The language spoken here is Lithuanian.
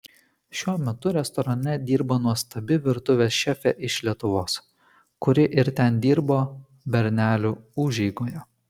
šiuo metu restorane dirba nuostabi virtuvės šefė iš lietuvos kuri ir ten dirbo bernelių užeigoje